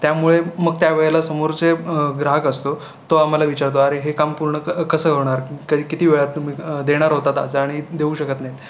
त्यामुळे मग त्या वेळेला समोरचे ग्राहक असतो तो आम्हाला विचारतो अरे हे काम पूर्ण कसं होणार कै किती वेळात तुम्ही देणार होतात आज आणि देऊ शकत नाहीत